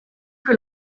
que